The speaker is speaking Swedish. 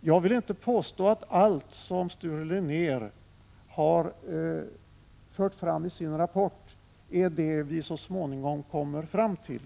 Jag vill inte påstå att allt som Sture Linnér har fört fram isin rapport är det vi så småningom kommer fram till.